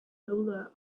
older